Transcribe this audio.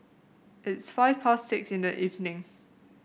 its five past six in the evening